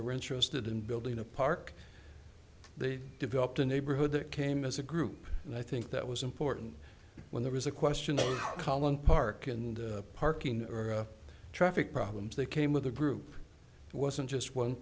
were interested in building a park they developed a neighborhood that came as a group and i think that was important when there was a question of common park and parking or traffic problems they came with the group wasn't just one